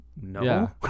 No